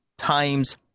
times